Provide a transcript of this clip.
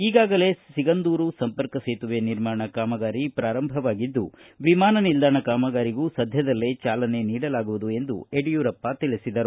ಈಗಾಗಲೇ ಸಿಗಂದೂರು ಸಂಪರ್ಕ ಸೇತುವೆ ನಿರ್ಮಾಣ ಕಾಮಗಾರಿ ಪ್ರಾರಂಭವಾಗಿದ್ದು ವಿಮಾನ ನಿಲ್ದಾಣ ಕಾಮಗಾರಿಗೂ ಸದ್ಯದಲ್ಲೇ ಚಾಲನೆ ನೀಡಲಾಗುವುದು ಎಂದು ಯಡಿಯೂರಪ್ಪ ತಿಳಿಸಿದರು